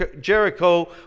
Jericho